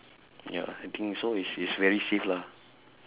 ya I think so is is very safe lah